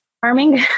farming